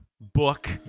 book